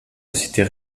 sociétés